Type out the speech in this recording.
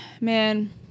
man